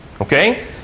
Okay